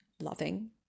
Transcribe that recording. loving